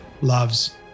loves